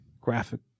graphic